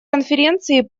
конференции